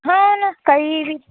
हो ना काही भी